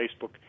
Facebook